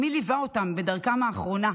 מי ליווה אותם בדרכם האחרונה?